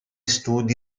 studi